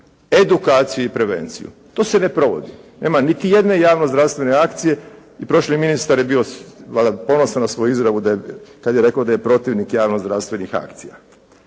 Edukaciju i prevenciju. To se ne provodi. Nema niti jedne javno zdravstvene akcije i prošli ministar je bio valjda ponosan na svoju izjavu da je, kad je rekao da je protivnik javno zdravstvenih akcija.